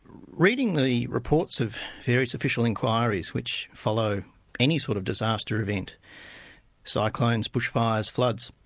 reading the reports of various official inquiries which follow any sort of disaster event cyclones, bushfires, floods